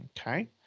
Okay